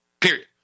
period